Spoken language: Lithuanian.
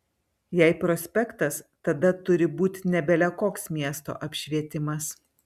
jei prospektas tada turi būt ne bele koks miesto apšvietimas